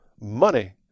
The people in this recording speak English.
money